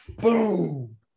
Boom